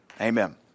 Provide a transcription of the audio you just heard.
Amen